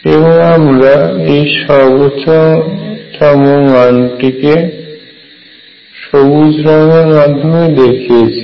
এবং আমরা এই সর্বোচ্চ মানকে সবুজ রঙের মাধম্যে দেখিয়েছি